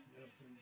yes